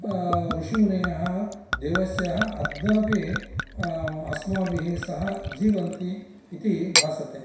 ऋषिमुनयः देवश्चः अद्यापि अस्माभिः सह जीवन्ति इति भासते